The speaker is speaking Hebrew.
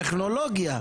טכנולוגיה.